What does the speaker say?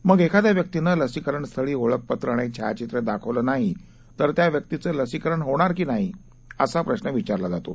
मग ख्राद्या व्यक्तीनं लसीकरण स्थळी ओळखपत्र आणि छायाचित्रं दाखवलं नाही तर त्या व्यक्तीचं लसीकरण होणार की नाहीअसा प्रश्न विचारला जातो